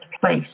place